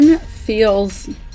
feels